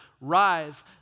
Rise